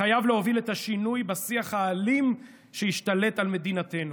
חייב להוביל את השינוי בשיח האלים שהשתלט על מדינתנו,